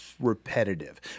repetitive